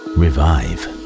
revive